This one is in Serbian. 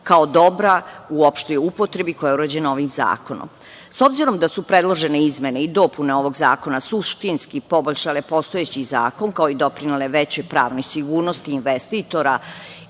kao dobra u opštoj upotrebi koja je uređena ovim zakonom.S obzirom da su predložene izmene i dopune ovog zakona suštinski poboljšale postojeći zakon, kao i doprinele većoj pravnoj sigurnosti investitora